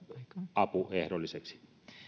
apu ehdolliseksi